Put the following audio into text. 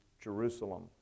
Jerusalem